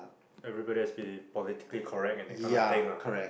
everybody has been positively correct and kind of thing ah